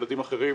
ילדים אחרים.